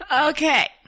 okay